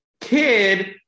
kid